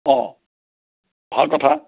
অঁ ভাল কথা